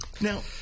now